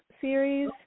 series